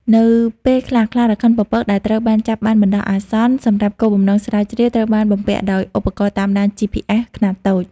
នៅពេលខ្លះ ខ្លារខិនពពកដែលត្រូវបានចាប់បានបណ្តោះអាសន្នសម្រាប់គោលបំណងស្រាវជ្រាវ ត្រូវបានបំពាក់ដោយ ឧបករណ៍តាមដាន GPS ខ្នាតតូច។